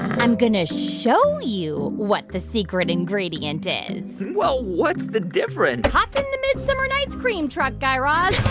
i'm going to show you what the secret ingredient is well, what's the difference? hop in the midsummer night's cream truck, guy raz.